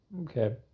Okay